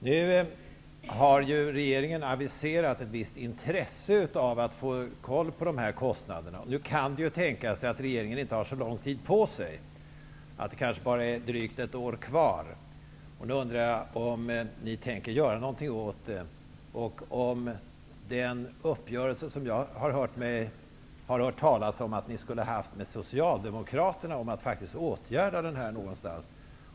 Nu har regeringen aviserat ett visst intresse av att få koll på de här kostnaderna. Det kan tänkas att regeringen inte har så lång tid på sig, kanske bara drygt ett år. Jag undrar om ni tänker göra någonting åt detta? Jag har hört talas om att ni och Socialdemokraterna har haft en uppgörelse om att faktiskt åtgärda det här.